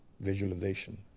visualization